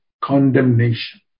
condemnation